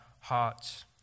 hearts